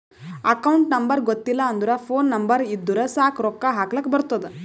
account number ಗೊತ್ತಿಲ್ಲ ಅಂದುರ್ phone number ಇದ್ದುರ್ ಸಾಕ್ ರೊಕ್ಕಾ ಹಾಕ್ಲಕ್ ಬರ್ತುದ್